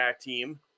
team